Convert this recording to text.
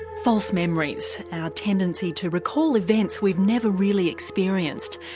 false memories, our tendency to recall events we've never really experienced,